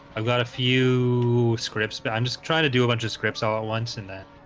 i've got a few scripts, but i'm just trying to do a bunch of scripts all at once in that